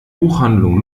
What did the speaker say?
buchhandlung